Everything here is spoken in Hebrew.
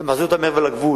אם אתה מחזיר אותם מעבר לגבול,